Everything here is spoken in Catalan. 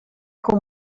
que